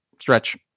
stretch